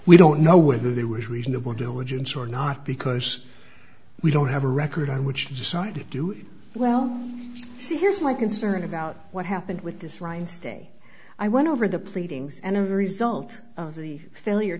we don't know whether they were reasonable diligence or not because we don't have a record i would decide to do well so here's my concern about what happened with this ryan stay i went over the pleadings and a result of the failure